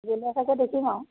গ'লে চাগৈ দেখিম আৰু